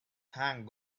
thank